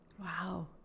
Wow